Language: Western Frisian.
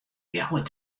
ljouwert